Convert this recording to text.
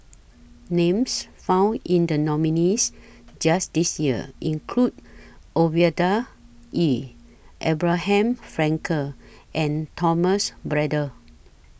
Names found in The nominees' list This Year include Ovidia Yu Abraham Frankel and Thomas Braddell